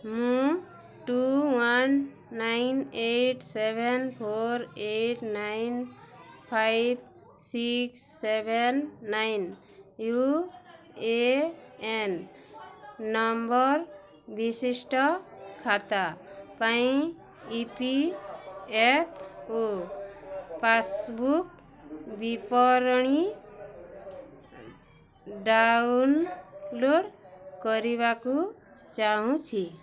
ମୁଁ two one nine eight seven four eight nine five six seven nine U A N number ବିଶିଷ୍ଟ ଖାତା ପାଇଁ E P F O passbook ବିବରଣୀ download କରିବାକୁ ଚାହୁଁଛି